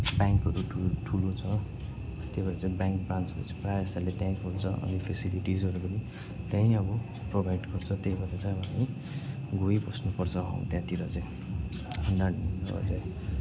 ब्याङ्कहरू ठुलो ठुलो छ त्यही भएर चाहिँ ब्याङ्क पासबुक प्रायः जस्तोले त्यहीँ खोल्छ अनि फेसिलिटिजहरू त्यहीँ अब प्रोभाइड गर्छ त्यही भएर चाहिँ अब गइबस्नुपर्छ हो त्यहाँतिर चाहिँ